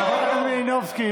חברת הכנסת מלינובסקי,